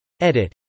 Edit